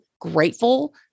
grateful